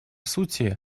сути